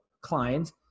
clients